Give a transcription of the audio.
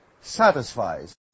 satisfies